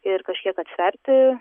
ir kažkiek atsverti